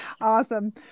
Awesome